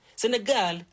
Senegal